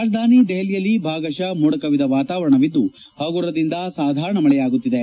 ರಾಜಧಾನಿ ದೆಹಲಿಯಲ್ಲಿ ಭಾಗತ ಮೋಡ ಕವಿದ ವಾತಾವರಣವಿದ್ದು ಪಗುರದಿಂದ ಸಾಧಾರಣ ಮಳೆಯಾಗುತ್ತಿದೆ